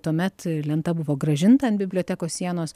tuomet lenta buvo grąžinta ant bibliotekos sienos